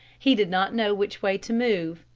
he did not know which way to move.